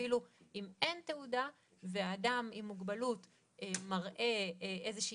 אפילו אם אין תעודה ואדם עם מוגבלות מראה איזושהי